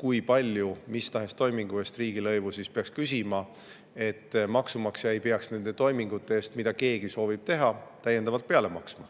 kui palju mis tahes toimingu eest riigilõivu peaks küsima, et maksumaksja ei peaks nende toimingute eest, mida keegi soovib teha, täiendavalt peale maksma.